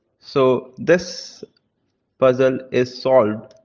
so, this puzzle is solved!